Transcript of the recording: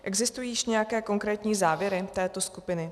Existují již nějaké konkrétní závěry této skupiny?